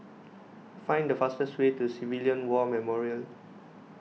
find the fastest way to Civilian War Memorial